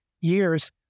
years